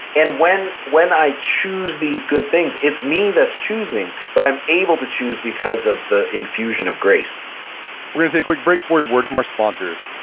and when when i choose these good things, it's me that's choosing. but i'm able to choose because of the infusion of grace we're going to take a quick break for a word from our sponsors.